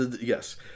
Yes